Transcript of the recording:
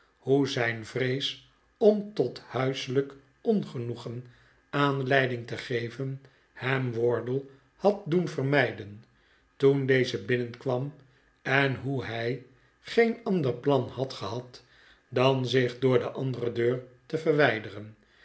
hoe zijn vres om tot huiselijk ongenoegen aanleiding te geven hem wardle had doen vermijden toen deze binnenkwam en hoe hij geen ander plan had gehad dan zich door de andere deur te verwijderen